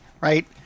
right